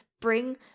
bring